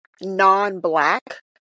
non-black